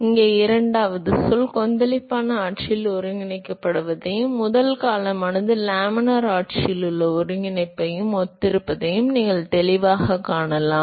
எனவே இங்கே இரண்டாவது சொல் கொந்தளிப்பான ஆட்சியில் ஒருங்கிணைக்கப்படுவதையும் முதல் காலமானது லேமினார் ஆட்சியில் உள்ள ஒருங்கிணைப்பையும் ஒத்திருப்பதை நீங்கள் தெளிவாகக் காணலாம்